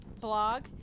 blog